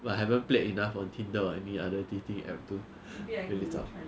but I haven't played enough on tinder or any other dating app to really 找